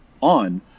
on